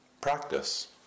practice